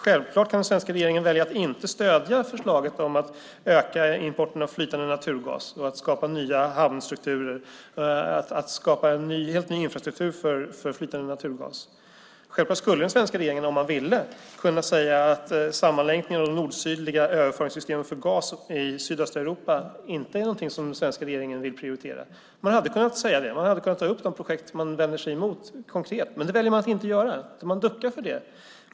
Självklart kan den svenska regeringen välja att inte stödja förslaget om att öka importen av flytande naturgas och att skapa nya hamnstrukturer, att skapa en helt ny infrastruktur för flytande naturgas. Självklart skulle den svenska regeringen, om man ville, kunna säga att sammanlänkningen av de nordsydliga överföringssystemen för gas i sydöstra Europa inte är någonting som den svenska regeringen vill prioritera. Man hade kunnat säga det. Man hade kunnat ta upp de projekt man vänder sig emot konkret. Men det väljer man att inte göra, utan man duckar för det.